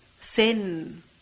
Sin